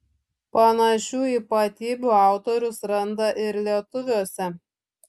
panašių ypatybių autorius randa ir lietuviuose